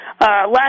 last